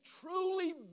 truly